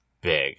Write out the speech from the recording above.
big